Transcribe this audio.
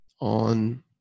On